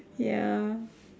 ya